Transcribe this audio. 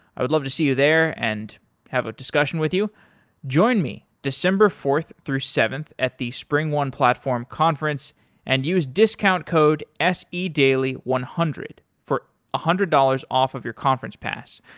i would love to see you there and have a discussion with you join me december fourth through seventh at the springone platform conference and use discount code se daily one hundred for a hundred dollars off of your conference pass.